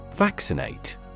Vaccinate